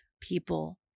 people